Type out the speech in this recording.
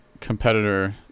competitor